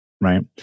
right